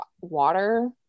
water